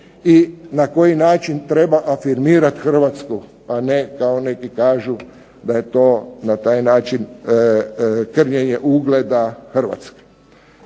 i na koji način treba afirmirati Hrvatsku, a ne što neki kažu da je to na taj način trganje ugleda Hrvatske.